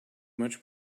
much